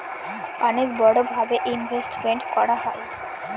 অনেক বড়ো ভাবে ইনভেস্টমেন্ট করা হয়